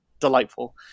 delightful